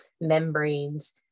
membranes